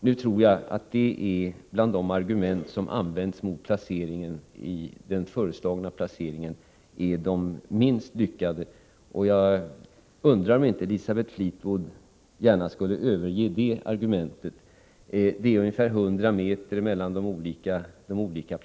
Nu tror jag att det argumentet är ett av de minst lyckade bland dem som anförs mot den föreslagna placeringen. Jag undrar om inte Elisabeth Fleetwood borde överge just detta argument. Det är ungefär 100 meter mellan de olika placeringarna.